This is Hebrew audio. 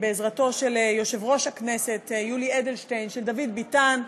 בעזרתו של יושב-ראש הכנסת יולי אדלשטיין ושל דוד ביטן,